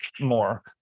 more